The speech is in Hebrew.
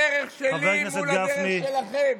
הדרך שלי היא לא הדרך שלכם.